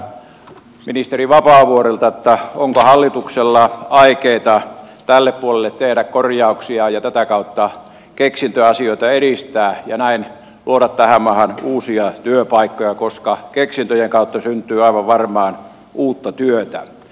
kysynkin ministeri vapaavuorelta onko hallituksella aikeita tälle puolelle tehdä korjauksia ja tätä kautta keksintöasioita edistää ja näin luoda tähän maahan uusia työpaikkoja koska keksintöjen kautta syntyy aivan varmaan uutta työtä